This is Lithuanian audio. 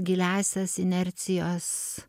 giliąsias inercijos